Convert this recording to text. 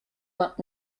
vingt